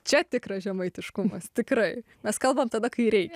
čia tikras žemaitiškumas tikrai mes kalbam tada kai reikia